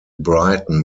brighton